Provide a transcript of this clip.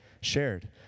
shared